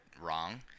wrong